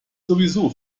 sowieso